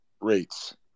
rates